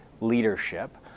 leadership